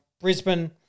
Brisbane